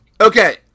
Okay